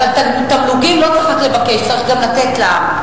אבל תמלוגים לא צריך רק לבקש, צריך גם לתת לעם.